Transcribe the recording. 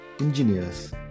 engineers